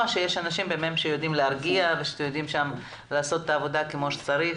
שיש אנשים שיודעים להרגיע ושאתם יודעים שם לעשות את העבודה כמו שצריך.